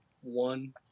one